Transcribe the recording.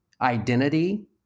identity